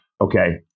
Okay